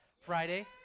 Friday